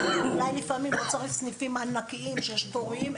אולי לפעמים לא צריך סניפים ענקיים שיש תורים,